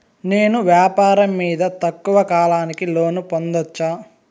నేను వ్యాపారం మీద తక్కువ కాలానికి లోను పొందొచ్చా?